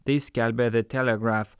tai skelbia de telegraf